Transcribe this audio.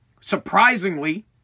...surprisingly